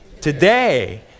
Today